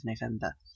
November